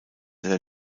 der